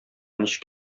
ничек